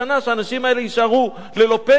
שהאנשים האלה יישארו ללא פנסיה,